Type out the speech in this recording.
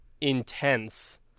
intense